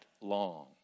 long